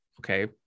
okay